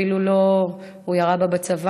הוא אפילו ירה בה בצוואר,